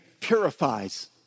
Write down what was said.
purifies